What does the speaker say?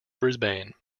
brisbane